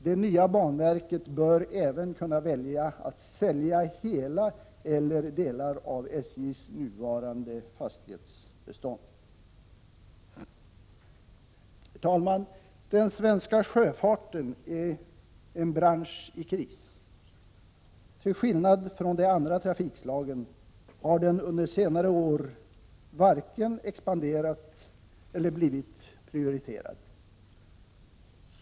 Det nya banverket bör även kunna välja att sälja hela eller delar av SJ:s nuvarande fastighetsbestånd. Herr talman! Den svenska sjöfarten är en bransch i kris. Till skillnad från de andra trafikslagen har den under senare år varken expanderat eller blivit prioriterad.